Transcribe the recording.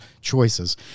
choices